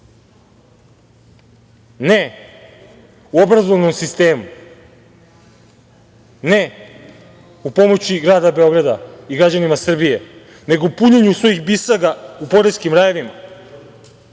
u obrazovnom sistemu, ne u pomoći Grada Beograda i građanima Srbije, nego u punjenju svojih bisaga u poreskim rajevima.